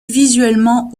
visuellement